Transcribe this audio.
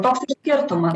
toks ir skirtumas